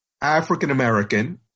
African-American